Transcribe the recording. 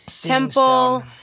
temple